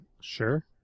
Sure